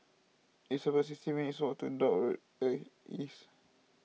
it's about sixty minutes' walk to Dock Road East